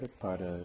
para